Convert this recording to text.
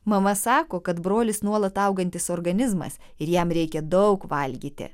mama sako kad brolis nuolat augantis organizmas ir jam reikia daug valgyti